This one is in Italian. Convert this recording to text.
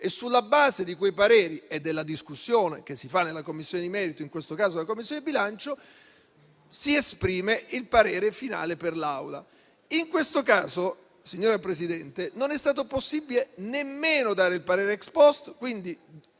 e sulla base di quei pareri e della discussione che si fa nella Commissione di merito - in questo caso la Commissione bilancio - si esprime il parere finale per l'Assemblea. In questo caso, signora Presidente, non è stato possibile nemmeno dare il parere *ex post*,